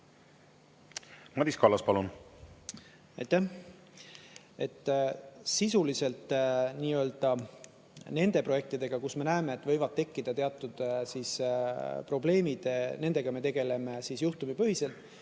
Madis Kallas, palun!